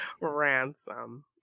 ransom